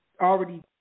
already